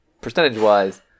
percentage-wise